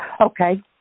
Okay